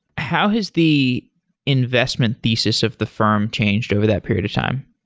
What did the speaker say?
how has the investment thesis of the firm changed over that period of time?